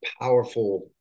powerful